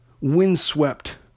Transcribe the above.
windswept